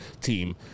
team